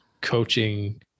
coaching